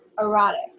erotic